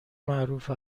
معروف